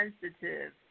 sensitive